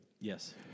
Yes